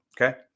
Okay